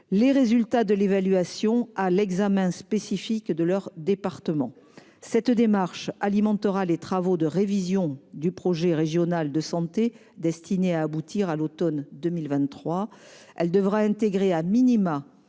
les résultats de l'évaluation à l'examen spécifique de leur département. Cette démarche alimentera les travaux de révision du projet régional de santé, qui doivent aboutir à l'automne 2023. Elle devra intégrer une